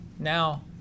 Now